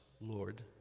Lord